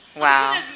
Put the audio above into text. Wow